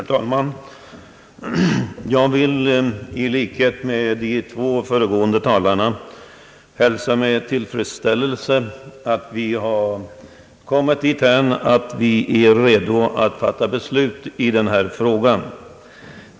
Herr talman! Jag vill i likhet med de två föregående talarna med tillfredsställelse hälsa att vi är redo att fatta beslut i denna fråga.